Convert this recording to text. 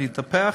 אני אטפח.